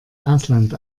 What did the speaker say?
ausland